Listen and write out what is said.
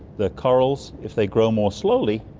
the corals, if they grow more slowly,